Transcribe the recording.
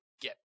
get